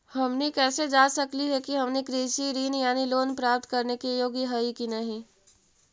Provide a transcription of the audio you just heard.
हमनी कैसे जांच सकली हे कि हमनी कृषि ऋण यानी लोन प्राप्त करने के योग्य हई कि नहीं?